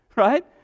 Right